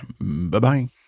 Bye-bye